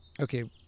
Okay